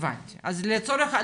סליחה שנייה,